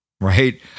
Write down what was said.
right